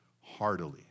heartily